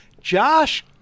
Josh